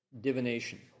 Divination